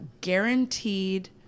guaranteed